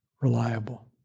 reliable